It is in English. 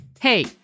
Hey